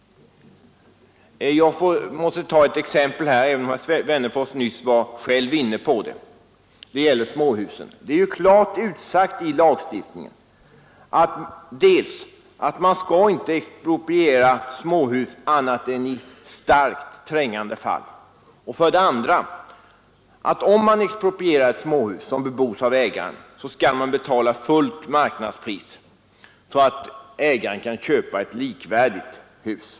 Jag måste ta ett exempel här, även om herr Wennerfors nyss själv var inne på det. Det gäller småhusen. Det är klart utsagt i lagstiftningen dels att man inte skall expropriera småhus annat än i starkt trängande fall, dels att om man exproprierar ett småhus som bebos av ägaren, skall man betala fullt marknadspris så att ägaren kan köpa ett likvärdigt hus.